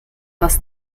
was